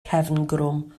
cefngrwm